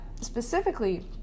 specifically